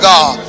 God